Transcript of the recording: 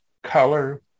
color